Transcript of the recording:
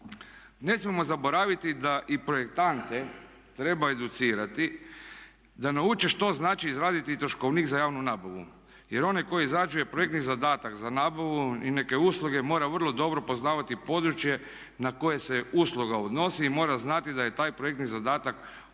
Ne smijemo zaboraviti da i projektante treba educirati, da nauče što znači izraditi troškovnik za javnu nabavu. Jer onaj tko izrađuje projektni zadatak za nabavu i neke usluge mora vrlo dobro poznavati područje na koje se usluga odnosi i mora znati da je taj projektni zadatak osnov